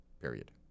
period